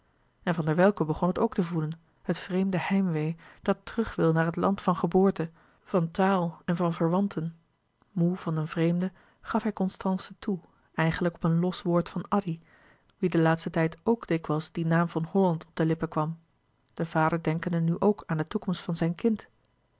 en van der welcke begon het ook te voelen het vreemde heimwee dat terug wil naar het land van geboorte van taal en van verwanten moê van den vreemde gaf hij constance toe eigenlijk op een los woord van addy wien den laatsten tijd ook dikwijls die naam van holland op de lippen kwam de vader denkende nu ook aan de toekomst van zijn kind